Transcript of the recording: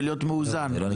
ולהיות מאוזן.